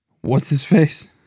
What's-his-face